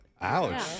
ouch